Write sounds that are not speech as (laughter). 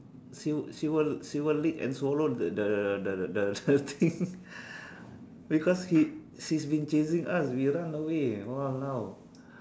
she will she will she will lick and swallow the the the (laughs) thing because she she is been chasing us we run away !walao!